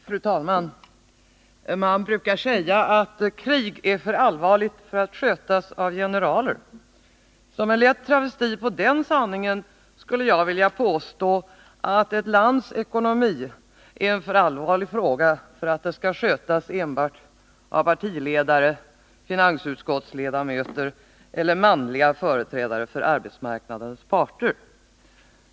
Fru talman! Man brukar säga att krig är för allvarligt för att skötas av generaler. Som en lätt travesti på den sanningen skulle jag vilja påstå att ett lands ekonomi är en för allvarlig fråga för att skötas enbart av partiledare, finansutskottsledamöter eller manliga företrädare för arbetsmarknadens parter.